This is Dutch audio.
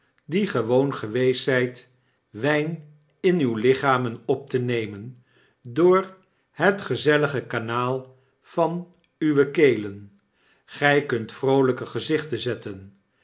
die gewoon geweest zijt wijn in uwe lichamen op te nemen door het gezellige kanaal van uwe kelen gy kunt vroolyke gezichten zetten